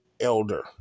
Elder